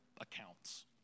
accounts